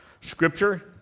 scripture